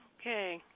Okay